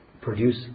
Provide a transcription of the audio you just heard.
produce